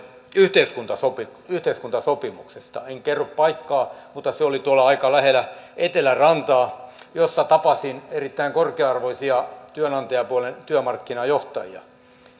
yhteiskuntasopimuksesta yhteiskuntasopimuksesta en kerro paikkaa mutta se oli tuolla aika lähellä etelärantaa missä tapasin erittäin korkea arvoisia työnantajapuolen työmarkkinajohtajia